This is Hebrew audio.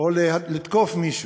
או לתקוף מישהו.